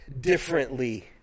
differently